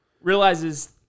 realizes